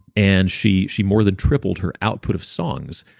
and she she more than tripled her output of songs,